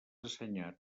assenyat